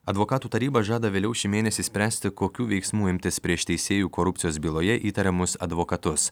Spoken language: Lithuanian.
advokatų taryba žada vėliau šį mėnesį spręsti kokių veiksmų imtis prieš teisėjų korupcijos byloje įtariamus advokatus